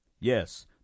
Yes